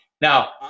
Now